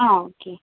ആ ഓക്കേ